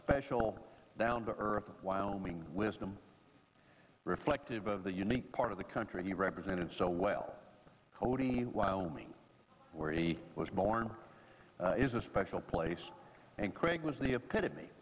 special down to earth wyoming wisdom reflective of the unique part of the country he represented so well cody wyoming where he was born is a special place and craig was the epitome